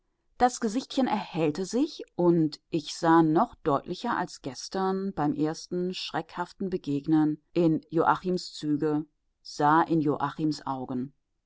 das gesichtchen erhellte sich und ich sah noch deutlicher als gestern beim ersten schreckhaften begegnen in joachims züge sah in joachims augen